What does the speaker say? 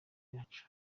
yacu